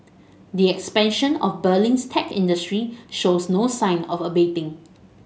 the expansion of Berlin's tech industry shows no sign of abating